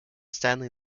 stanley